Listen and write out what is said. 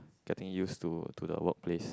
getting used to to the workplace